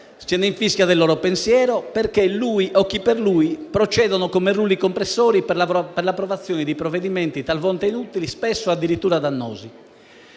Se ne infischia del loro pensiero, perché lui o chi per lui procedono come rulli compressori per l'approvazione di provvedimenti, talvolta inutili e spesso addirittura dannosi.